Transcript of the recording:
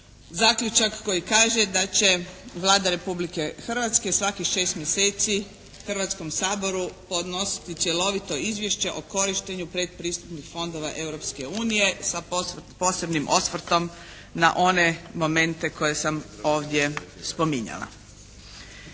zaključak koji kaže da će Vlada Republike Hrvatske svakih 6 mjeseci Hrvatskom saboru podnositi cjelovito izvješće o korištenju predpristupnih fondova Europske unije sa posebnim osvrtom na one momente koje sam ovdje spominjala.